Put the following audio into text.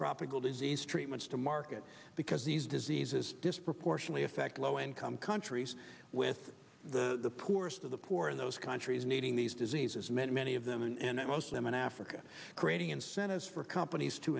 tropical disease treatments to market because these diseases disproportionately affect low income countries with the poorest of the poor in those countries needing these diseases many many of them and most of them in africa creating incentives for companies to